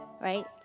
right